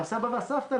או הסבא והסבתא,